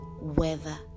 weather